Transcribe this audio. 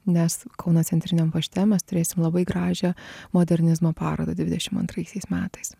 nes kauno centriniam pašte mes turėsim labai gražią modernizmo parodą dvidešim antraisiais metais